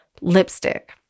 lipstick